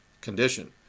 condition